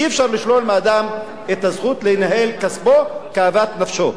אי-אפשר לשלול מאדם את הזכות לנהל את כספו כאוות נפשו.